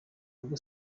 rugo